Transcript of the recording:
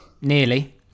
Nearly